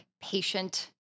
patient